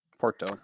porto